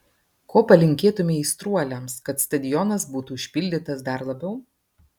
ko palinkėtumei aistruoliams kad stadionas būtų užpildytas dar labiau